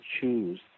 choose